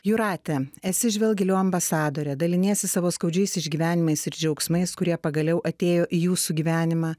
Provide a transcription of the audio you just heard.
jūrate esi žvelk giliau ambasadorė daliniesi savo skaudžiais išgyvenimais ir džiaugsmais kurie pagaliau atėjo į jūsų gyvenimą